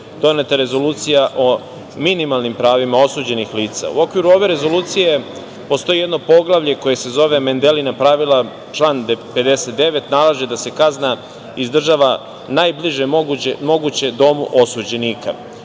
doneta Rezolucija o minimalnim pravima osuđenih lica. U okviru ove Rezolucije postoji jedno poglavlje koje se zove Mendelina pravila, član 59. nalaže da se kazna izdržava najbliže moguće domu osuđenika.